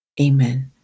Amen